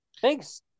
thanks